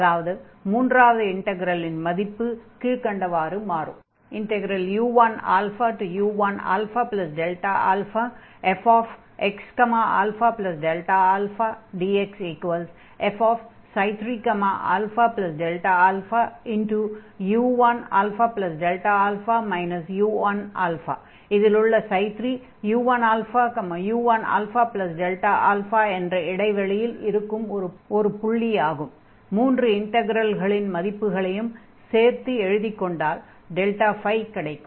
அதாவது மூன்றாவது இன்டக்ரலின் மதிப்பு கீழ்க்கண்டவாறு மாறும் u1u1αΔαfxαΔαdxf3αΔαu1αΔα u1 3u1u1αΔα மூன்று இன்டக்ரல்களின் மதிப்புகளையும் சேர்த்து எழுதிக் கொண்டால் ΔΦ கிடைக்கும்